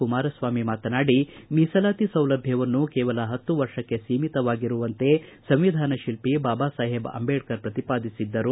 ಕುಮಾರಸ್ವಾಮಿ ಮೀಸಲಾತಿ ಸೌಲಭ್ಯವನ್ನು ಕೇವಲ ಹತ್ತು ವರ್ಷಕ್ಕೆ ಸೀಮಿತವಾಗಿರುವಂತೆ ಸಂವಿಧಾನ ಶಿಲ್ಪಿ ಬಾಬಾಸಾಹೇಬ್ ಅಂಬೇಡ್ಕರ್ ಪ್ರತಿಪಾದಿಸಿದ್ದರು